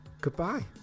goodbye